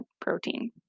protein